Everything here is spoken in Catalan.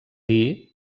dir